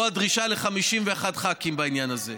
או הדרישה ל-51 ח"כים בעניין הזה.